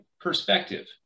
perspective